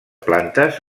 plantes